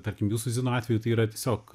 tarkim jūsų zino atveju tai yra tiesiog